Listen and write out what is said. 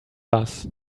bus